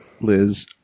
Liz